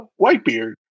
Whitebeard